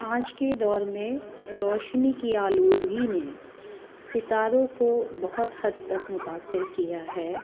آج کے دور میں روشنی کی آلودگی نے ستاروں کو بہت حد تک متأثر کیا ہے